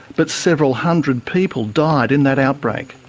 but several hundred people died in that outbreak.